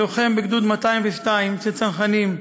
לוחם בגדוד 202 של צנחנים,